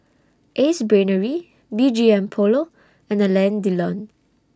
Ace Brainery B G M Polo and Alain Delon